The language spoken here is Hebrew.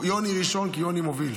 יוני ראשון כי יוני מוביל,